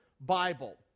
Bible